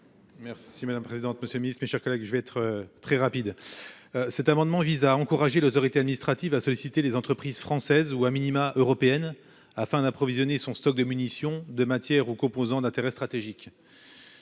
Merci madame présente. Monsieur le Ministre, mes chers collègues, je vais être très rapide. Cet amendement vise à encourager l'autorité administrative a sollicité les entreprises françaises ou a minima européenne afin d'approvisionner son stock de munitions de matière ou composants d'intérêt stratégique.